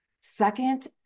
Second